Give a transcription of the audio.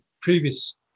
previous